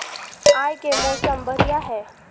आय के मौसम बढ़िया है?